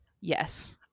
yes